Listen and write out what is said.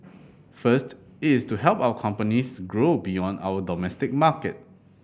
first it is to help our companies grow beyond our domestic market